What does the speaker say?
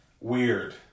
weird